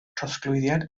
trosglwyddiad